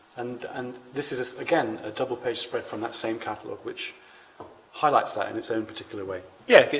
and and this is again a double page spread from that same catalog which highlights that in it's own particular way. yes,